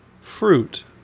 fruit